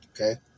okay